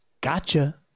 Gotcha